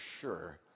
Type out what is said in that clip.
sure